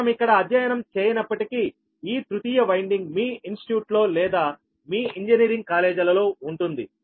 మనం ఇక్కడ అధ్యయనం చేయనప్పటికీ ఈ తృతీయ వైండింగ్ మీ ఇన్స్టిట్యూట్లో లేదా మీ ఇంజనీరింగ్ కాలేజీలలో ఉంటుంది